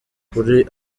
kuri